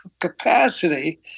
capacity